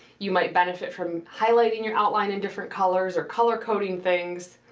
you might benefit from highlighting your outline in different colors or color coding things.